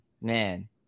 man